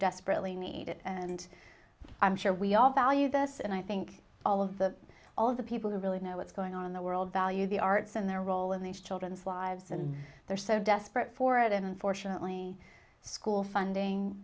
desperately needed and i'm sure we all value this and i think all of the all of the people who really know what's going on in the world value the arts and their role in these children's lives and they're so desperate for it and unfortunately school funding